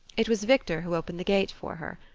it was victor who opened the gate for her.